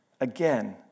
Again